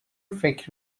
فکر